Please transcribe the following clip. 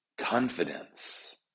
confidence